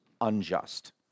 unjust